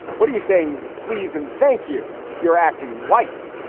what are you saying? please and thank you. you're acting white,